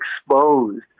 exposed